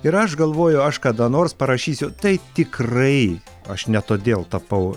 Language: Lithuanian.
ir aš galvoju aš kada nors parašysiu tai tikrai aš ne todėl tapau